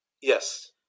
Yes